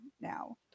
now